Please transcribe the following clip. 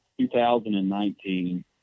2019